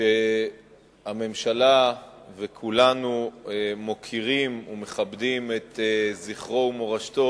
הממשלה וכולנו מוקירים ומכבדים את זכרו ומורשתו